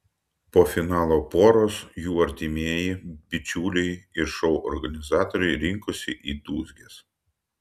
po finalo poros jų artimieji bičiuliai ir šou organizatoriai rinkosi į dūzges